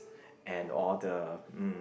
and all the um